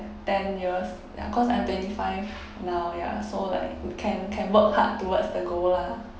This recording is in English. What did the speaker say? ten years ya cause I'm twenty five now ya so like can can work hard towards the goal lah